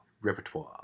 Repertoire